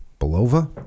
Belova